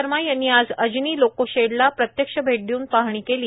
शर्मा यांनी आज अजनी लोकोशेडला प्रत्यक्ष भेट देऊन पाहणी केली